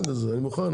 שיהיו בריאים,